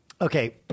Okay